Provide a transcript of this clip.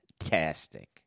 Fantastic